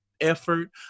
effort